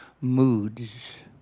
moods